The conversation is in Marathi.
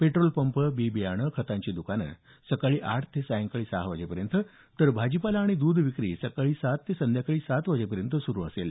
पेट्रोल पंप बि बियाणं खतांची दुकानं सकाळी आठ ते संध्याकाळी सहा वाजेपर्यंत तर भाजीपाला आणि द्ध विक्री सकाळी सात ते संध्याकाळी सात वाजेपर्यंत सुरु राहणार आहे